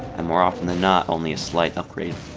and more often than not only a slight upgrade.